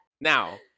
Now